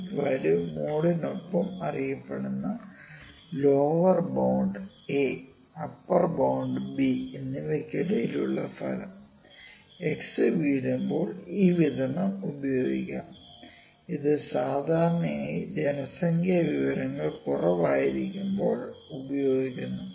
peak value മോഡിനൊപ്പം അറിയപ്പെടുന്ന lower bound a upper bound b എന്നിവയ്ക്കിടയിലുള്ള ഫലം x വീഴുമ്പോൾ ഈ വിതരണം ഉപയോഗിക്കാം ഇത് സാധാരണയായി ജനസംഖ്യാ വിവരങ്ങൾ കുറവായിരിക്കുമ്പോൾ ഉപയോഗിക്കുന്നു